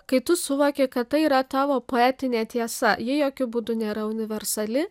kai tu suvoki kad tai yra tavo poetinė tiesa ji jokiu būdu nėra universali